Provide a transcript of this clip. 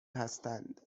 هستند